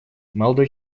молодой